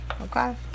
okay